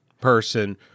person